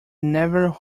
never